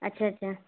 अच्छा अच्छा